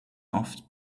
off